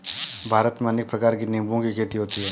भारत में अनेक प्रकार के निंबुओं की खेती होती है